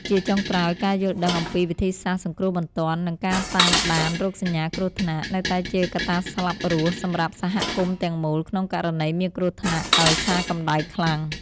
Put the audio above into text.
ជាចុងក្រោយ ការយល់ដឹងអំពីវិធីសាស្ត្រសង្គ្រោះបន្ទាន់ និងការតាមដានរោគសញ្ញាគ្រោះថ្នាក់ នៅតែជាកត្តាស្លាប់រស់សម្រាប់សហគមន៍ទាំងមូល ក្នុងករណីមានគ្រោះថ្នាក់ដោយសារកម្ដៅខ្លាំង។